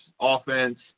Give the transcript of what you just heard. offense